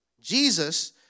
Jesus